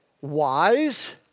wise